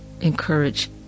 encourage